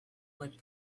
would